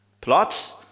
plots